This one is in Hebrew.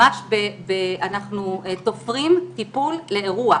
אנחנו ממש תופרים טיפול לאירוע.